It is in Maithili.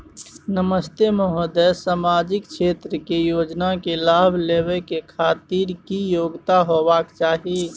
नमस्ते महोदय, सामाजिक क्षेत्र के योजना के लाभ लेबै के खातिर की योग्यता होबाक चाही?